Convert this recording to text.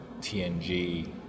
TNG